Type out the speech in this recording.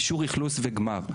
אישור אכלוס וגמר.